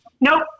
Nope